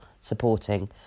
supporting